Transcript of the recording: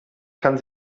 kann